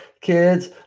kids